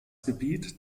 gebiet